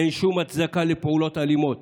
אין שום הצדקה לפעולות אלימות